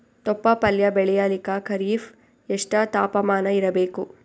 ತೊಪ್ಲ ಪಲ್ಯ ಬೆಳೆಯಲಿಕ ಖರೀಫ್ ಎಷ್ಟ ತಾಪಮಾನ ಇರಬೇಕು?